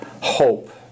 hope